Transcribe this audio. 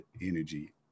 energy